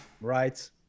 right